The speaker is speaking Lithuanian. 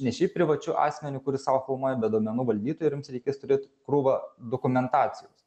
ne šiaip privačiu asmeniu kuris sau filmuoja bet duomenų valdytoju ir jums reikės turėt krūvą dokumentacijos